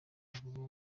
w’amaguru